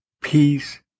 peace